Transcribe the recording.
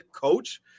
coach